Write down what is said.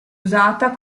usata